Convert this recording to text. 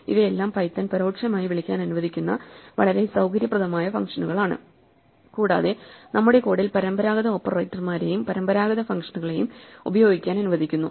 ഇവയെല്ലാം പൈത്തൺ പരോക്ഷമായി വിളിക്കാൻ അനുവദിക്കുന്ന വളരെ സൌകര്യപ്രദമായ ഫംഗ്ഷനുകളാണ് കൂടാതെ നമ്മുടെ കോഡിൽ പരമ്പരാഗത ഓപ്പറേറ്റർമാരെയും പരമ്പരാഗത ഫംഗ്ഷനുകളെയും ഉപയോഗിക്കാൻ അനുവദിക്കുന്നു